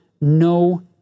no